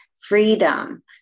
freedom